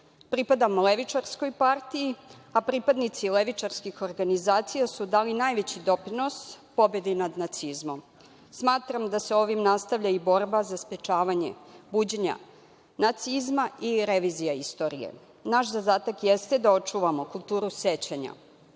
Pripadam levičarskoj partiji, a pripadnici levičarskih organizacija su dali najveći doprinos pobedi nad nacizmom. Smatram da se ovim nastavlja i borba za sprečavanje buđenja nacizma i revizija istorije. Naš zadatak jeste da očuvamo kulturu sećanja